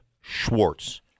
Schwartz